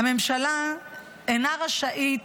"הממשלה אינה רשאית